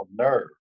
nerve